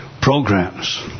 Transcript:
programs